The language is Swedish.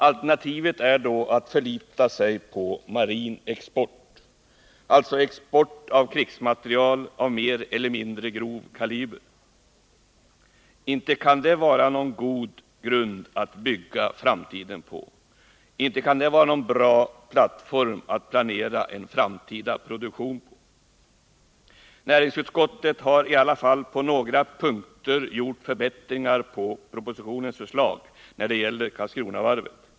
Alternativet är då att förlita sig på marin export, alltså på export av krigsmateriel av mer eller mindre grov kaliber. Det kan inte vara någon god grund att bygga framtiden på. Det kan inte heller vara någon bra plattform för planeringen av den framtida produktionen. Näringsutskottet har i alla fall på några punkter gjort förbättringar när det gäller propositionens förslag om Karlskronavarvet.